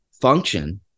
function